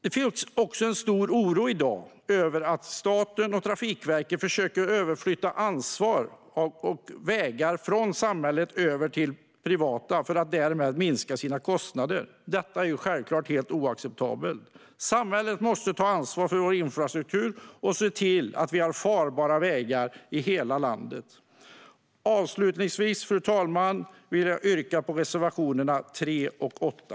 Det finns också en stor oro i dag över att staten och Trafikverket försöker överflytta ansvar för vägar från samhället till det privata för att därmed minska sina kostnader. Detta är självklart helt oacceptabelt. Samhället måste ta ansvar för vår infrastruktur och se till att vi har farbara vägar i hela landet. Fru talman! Jag yrkar bifall till reservationerna 3 och 8.